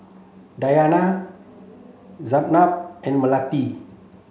Dayana Zaynab and Melati